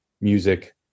music